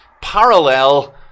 parallel